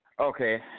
Okay